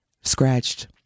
scratched